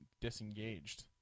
disengaged